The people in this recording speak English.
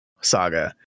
saga